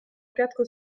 quatre